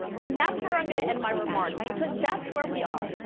and that's where i'm going to end my remarks, because that's where we are.